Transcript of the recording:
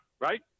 right